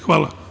Hvala.